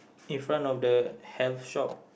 in front of the health shop